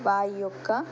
వారి యొక్క